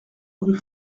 rue